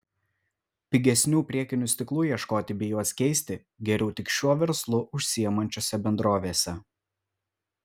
pigesnių priekinių stiklų ieškoti bei juos keisti geriau tik šiuo verslu užsiimančiose bendrovėse